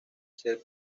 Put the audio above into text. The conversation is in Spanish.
ser